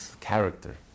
character